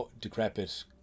decrepit